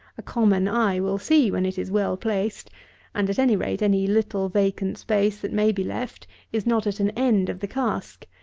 a common eye will see when it is well placed and, at any rate, any little vacant space that may be left is not at an end of the cask,